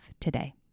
today